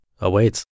awaits